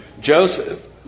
Joseph